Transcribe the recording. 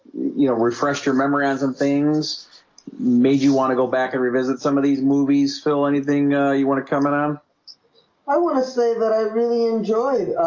you know refresh your memory on some things made you want to go back and revisit some of these movies phil anything you want to come in on i? want to say that i really enjoyed